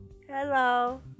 Hello